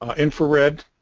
ah infrared